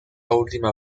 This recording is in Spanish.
última